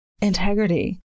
integrity